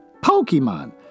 pokemon